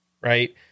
right